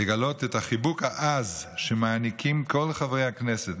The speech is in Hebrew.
לגלות את החיבוק העז שמעניקים כל חברי הכנסת,